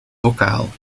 bokaal